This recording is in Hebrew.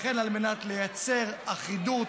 לכן, על מנת לייצר אחידות,